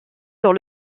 sur